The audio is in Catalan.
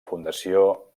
fundació